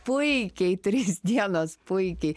puikiai tris dienas puikiai